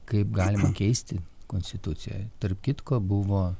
kaip galima keisti konstituciją tarp kitko buvo